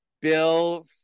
Bill